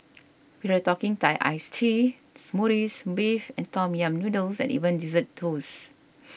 we're talking Thai Iced Teas Smoothies Beef and Tom Yam Noodles and even Dessert Toasts